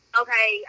okay